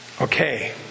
Okay